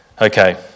Okay